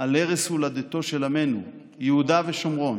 על ערש הולדתו של עמנו, יהודה ושומרון,